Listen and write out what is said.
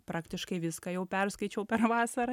praktiškai viską jau perskaičiau per vasarą